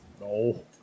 No